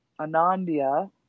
Anandia